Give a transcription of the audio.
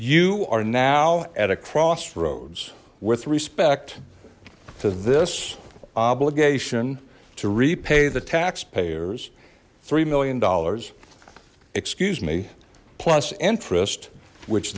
you are now at a crossroads with respect to this obligation to repay the taxpayers three million dollars excuse me plus interest which